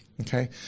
Okay